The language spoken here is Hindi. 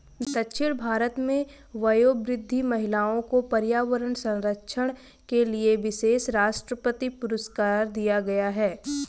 दक्षिण भारत में वयोवृद्ध महिला को पर्यावरण संरक्षण के लिए विशेष राष्ट्रपति पुरस्कार दिया गया है